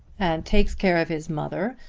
and takes care of his mother,